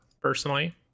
personally